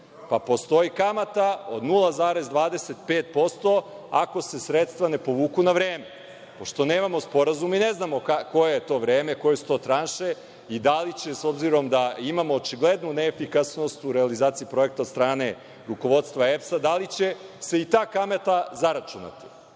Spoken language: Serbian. Pa, postoji i kamata od 0,25%, ako se sredstva ne povuku na vreme. Pošto nemamo sporazum, ne znamo koje je to vreme, koje su to tranše i, s obzirom da imamo očiglednu neefikasnost u realizaciji projekta od strane rukovodstva EPS, da li će se i ta kamata zaračunati. Ovako